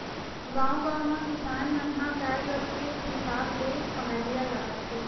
गाँव गाँव म किसान मन ह गाय गरु के हिसाब ले पहाटिया लगाथे